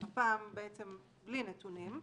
הפעם בעצם בלי נתונים.